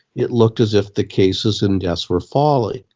it looked as if the cases and deaths were falling.